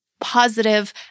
positive